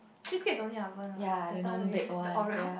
cheesecake don't need oven what that time we the oreo